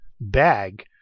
bag